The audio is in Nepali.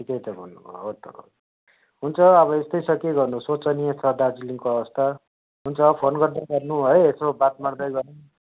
ठिकै त भन्नु भयो हो त हुन्छ अब यस्तै छ के गर्नु सोचनीय छ दार्जिलिङको अवस्था हुन्छ फोन गर्दै गर्नु है यसो बात मार्दै गरौँ